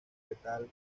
fetal